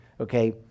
okay